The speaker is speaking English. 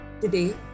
Today